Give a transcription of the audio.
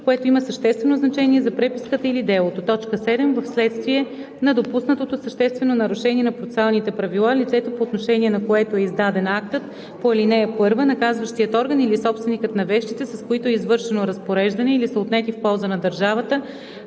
което има съществено значение за преписката или делото; 7. вследствие на допуснато съществено нарушение на процесуалните правила лицето, по отношение на което е издаден актът по ал. 1, наказващият орган или собственикът на вещите, с които е извършено разпореждане или са отнети в полза на държавата,